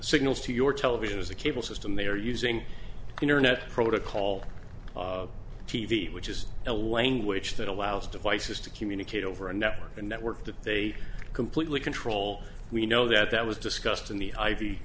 signals to your television as a cable system they are using internet protocol t v which is a language that allows devices to communicate over a network and network that they completely control we know that that was discussed in the i